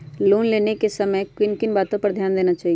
Loan लेने के समय किन किन वातो पर ध्यान देना चाहिए?